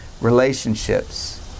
relationships